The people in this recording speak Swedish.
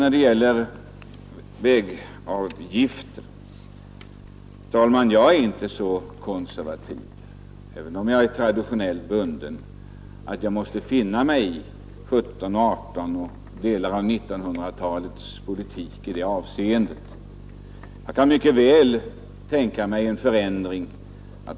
När det gäller vägavgifterna är jag inte så konservativ — även om jag är traditionellt bunden — att jag måste finna mig i 1700-, 1800 och delar av 1900-talets politik i det avseendet. Jag kan mycket väl tänka mig en förändring.